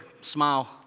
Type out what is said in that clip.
Smile